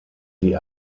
sie